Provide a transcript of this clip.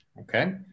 Okay